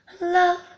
love